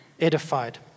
edified